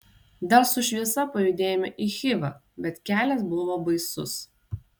dar su šviesa pajudėjome į chivą bet kelias buvo baisus